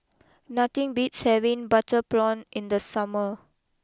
nothing beats having Butter Prawn in the summer